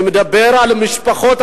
אני מדבר על משפחות.